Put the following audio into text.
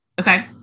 Okay